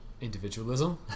individualism